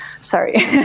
Sorry